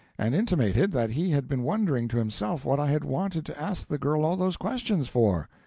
and intimated that he had been wondering to himself what i had wanted to ask the girl all those questions for.